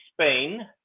Spain